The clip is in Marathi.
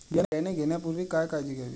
बियाणे घेण्यापूर्वी काय काळजी घ्यावी?